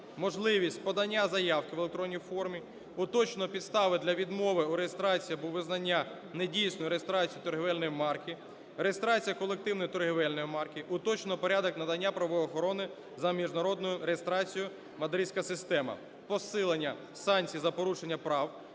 Можливість подання заявки в електронній формі; уточнено підстави для відмови у реєстрації або визнання недійсною реєстрацію торгівельної марки; реєстрація колективної торгівельної марки; уточнено порядок надання правової охорони за міжнародною реєстрацією (Мадридська система); посилення санкцій за порушення прав